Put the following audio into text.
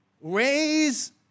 raise